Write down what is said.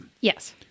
Yes